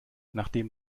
nachdem